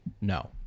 No